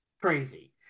Crazy